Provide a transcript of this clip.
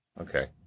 Okay